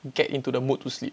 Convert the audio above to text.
get into the mood to sleep